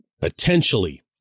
potentially